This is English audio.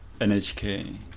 NHK